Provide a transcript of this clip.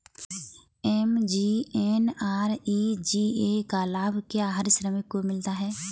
MGNREGA का लाभ क्या हर श्रमिक को मिलता है?